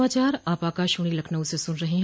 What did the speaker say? यह समाचार आप आकाशवाणी लखनऊ से सुन रहे हैं